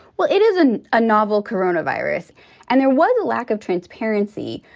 well, it isn't a novel coronavirus and there was a lack of transparency.